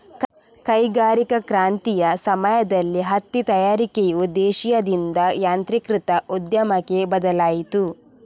ಕೈಗಾರಿಕಾ ಕ್ರಾಂತಿಯ ಸಮಯದಲ್ಲಿ ಹತ್ತಿ ತಯಾರಿಕೆಯು ದೇಶೀಯದಿಂದ ಯಾಂತ್ರೀಕೃತ ಉದ್ಯಮಕ್ಕೆ ಬದಲಾಯಿತು